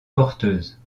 porteuse